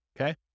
Okay